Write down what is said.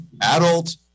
adult